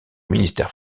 ministère